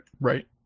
Right